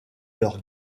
leur